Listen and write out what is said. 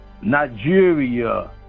Nigeria